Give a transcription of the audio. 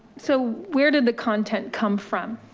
so where did the content come from?